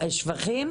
שבחים?